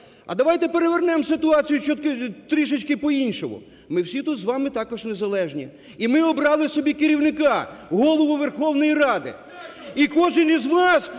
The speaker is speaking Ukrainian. А давайте перевернемо ситуацію трішечки по-іншому. Ми всі тут з вами також незалежні, і ми обрали собі керівника - Голову Верховної Ради. І кожен із вас